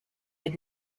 had